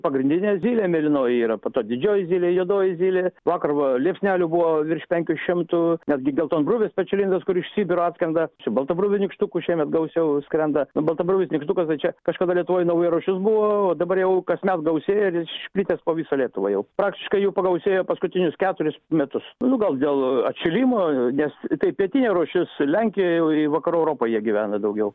pagrindinė zylė mėlynoji yra po to didžioji zylė juodoji zylė vakar va liepsnelių buvo virš penkių šimtų netgi geltonbruvės pečialindos kur iš sibiro atskrenda čia baltabruvių nykštukų šiemet gausiau skrenda nu baltabruvis nykštukas tai čia kažkada lietuvoj nauja rūšis buvo o dabar jau kasmet gausėja ir jis išplitęs po visą lietuvą jau praktiškai jų pagausėjo paskutinius keturis metus nu gal dėl atšilimo nes tai pietinė rūšis lenkijoje jau ir į vakarų europą jie gyvena daugiau